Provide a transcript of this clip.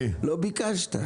לא ביקשת.